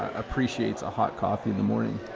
appreciates a hot coffee in the morning.